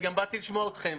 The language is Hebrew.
אני גם באתי לשמוע אתכם.